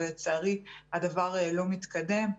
ולצערי, הדבר לא מתקדם.